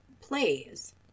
plays